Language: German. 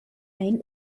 ein